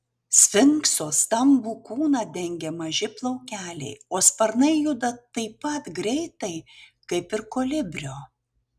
sfinkso stambų kūną dengia maži plaukeliai o sparnai juda taip pat greitai kaip ir kolibrio